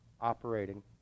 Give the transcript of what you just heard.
operating